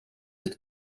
het